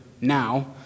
now